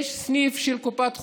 יש סניף של קופת חולים,